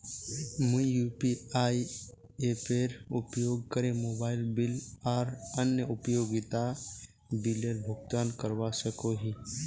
मुई यू.पी.आई एपेर उपयोग करे मोबाइल बिल आर अन्य उपयोगिता बिलेर भुगतान करवा सको ही